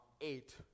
eight